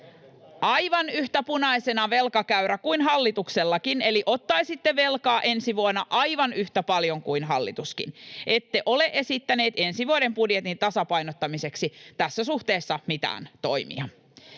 aivan yhtä punaisena kuin hallituksellakin, eli ottaisitte velkaa ensi vuonna aivan yhtä paljon kuin hallituskin. Ette ole esittäneet ensi vuoden budjetin tasapainottamiseksi tässä suhteessa mitään toimia,